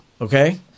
okay